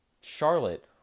Charlotte